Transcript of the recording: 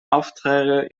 aufträge